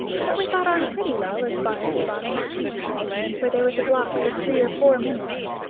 but we got on pretty well as far as the bottom of cheapside, where there was a block for three or four minutes.